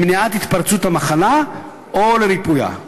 למניעת התפרצות המחלה בו או לריפויה.